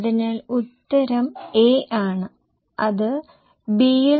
അതിനാൽ അത് നിങ്ങൾക്ക് 1086 ലഭിക്കുന്നു